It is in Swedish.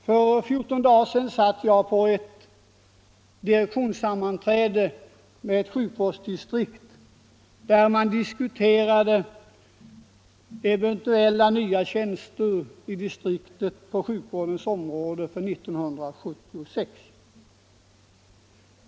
För 14 dagar sedan var jag på ett direktionssammanträde inom ett sjukvårdsdistrikt, där man diskuterade eventuella nya tjänster på sjukvårdens område i distriktet för 1976.